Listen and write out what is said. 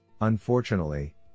Unfortunately